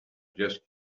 just